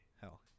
hell